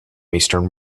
eastern